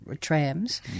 trams